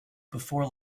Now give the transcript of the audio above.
before